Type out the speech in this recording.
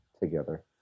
together